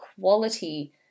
quality